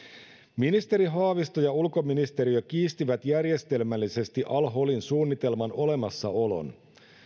ministeri haavisto ja ulkoministeriö kiistivät järjestelmällisesti al holin suunnitelman olemassa olon